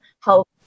help